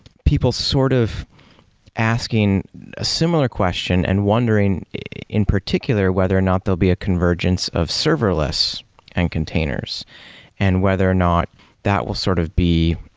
people sort of asking a similar question and wondering in particular whether or not there'll be a convergence of serverless and containers and whether or not that will sort of be,